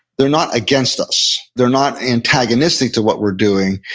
they're not against us. they're not antagonistic to what we're doing.